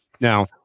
Now